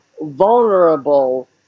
vulnerable